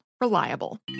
Reliable